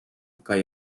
kan